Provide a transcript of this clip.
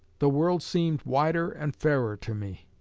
the world seemed wider and fairer to me.